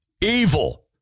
evil